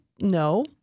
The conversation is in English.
No